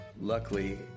Luckily